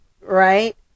right